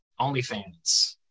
OnlyFans